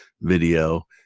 video